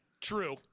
True